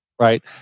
right